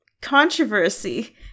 controversy